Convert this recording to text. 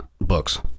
books